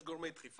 יש גורמי דחיפה